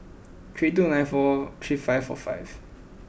three two nine four three five four five